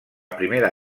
primera